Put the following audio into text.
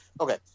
Okay